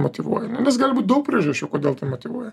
motyvuoja nes gali būt daug priežasčių kodėl tai motyvuoja